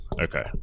Okay